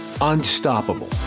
unstoppable